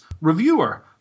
Reviewer